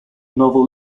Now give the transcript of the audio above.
novel